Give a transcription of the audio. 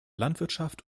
landwirtschaft